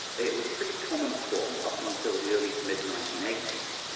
it was a pretty common form up until the early mid nineteen eighty s,